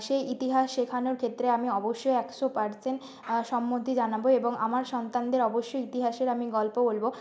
সেই ইতিহাস শেখানোর ক্ষেত্রে আমি অবশ্যই একশো পার্সেন্ট সম্মতি জানাবো এবং আমার সন্তানদের অবশ্যই ইতিহাসের আমি গল্প বলবো